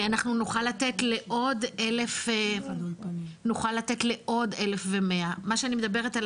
אנחנו נוכל לתת לעוד 1100. מה שאני מדברת על